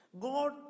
God